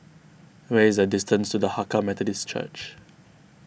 what is the distance to the Hakka Methodist Church